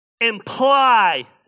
imply